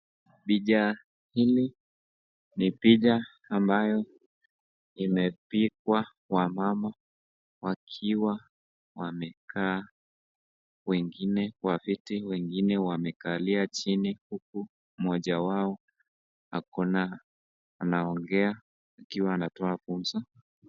Picha hili ni picha ambayo imepigwa wamama wakiwa wamekaa, wengine kwa viti, wengine wamekalia chini huku mmoja wao akona anaongea akiwa anatoa funzo.